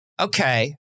Okay